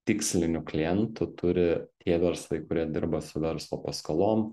tikslinių klientų turi tie verslai kurie dirba su verslo paskolom